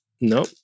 No